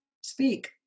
speak